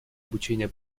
обучения